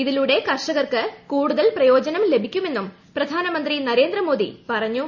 ഇതിലൂടെ കർഷകർക്ക് കൂടുതൽ പ്രയോജനം ലഭിക്കുമെന്നും പ്രധാനമന്ത്രി നരേന്ദ്ര മോദി പറഞ്ഞു